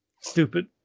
Stupid